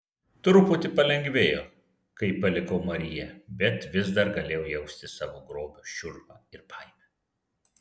truputį palengvėjo kai palikau mariją bet vis dar galėjau jausti savo grobio šiurpą ir baimę